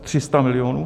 Tři sta milionů?